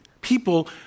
People